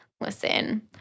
listen